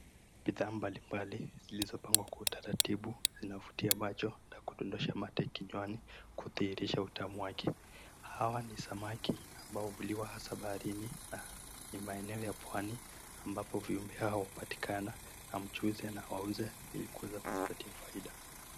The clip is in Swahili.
Bidhaa mbalimbali zilizopangwa kwa utaratibu zinavutia macho na kudondosha mate kinywani kudhirisha utamu wake, hawa ni samaki ambao huliwa hasa baharini na ni maeneo ya pwani ambapo viumbe hawa hupatikana na mchuuzi anawauza ile kuweza kujipatia faida.